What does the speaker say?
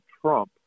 Trump